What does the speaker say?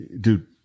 dude